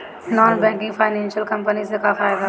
Non banking financial company से का फायदा बा?